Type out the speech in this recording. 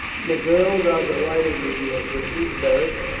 the girls are delighted with your britons, beric.